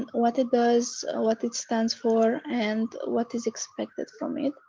what it does, what it stands for and what is expected from it.